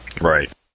right